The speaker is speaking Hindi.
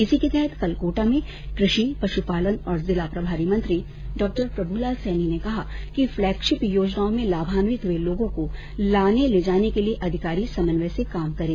इसी के तहत कल कोटा में क्रषि पशुपालन और जिला प्रभारी मंत्री डॉ प्रभुलाल सैनी ने कहा कि फ्लैगशिप योजनाओं में लाभान्वित हुए लोगों को लाने ले जाने के लिए अधिकारी समन्वय से काम करें